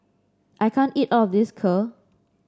I can't eat all of this Kheer